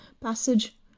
passage